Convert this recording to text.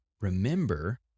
remember